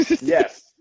Yes